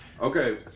Okay